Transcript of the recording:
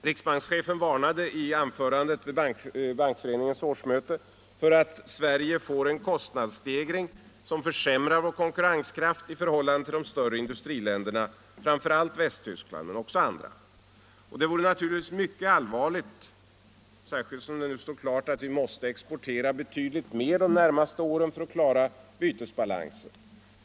Riksbankschefen varnade i sitt anförande vid Bankföreningens årsmöte för att Sverige får en kostnadsstegring som försämrar vår konkurrenskraft i förhållande till de större industriländerna, framför allt Västtyskland men också andra. Det vore naturligtvis mycket allvarligt, särskilt som det nu står klart att vi måste exportera betydligt mer de närmaste åren för att klara vår bytesbalans.